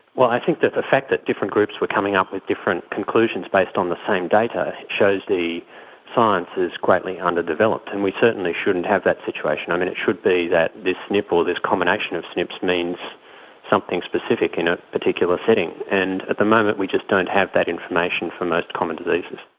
well, i think that the fact that different groups were coming up with different conclusions based on the same data shows the science is greatly underdeveloped, and we certainly shouldn't have that situation. and it should be that this snp or this combination of snps means something specific in a particular setting, and at the moment we just don't have that information for most common diseases.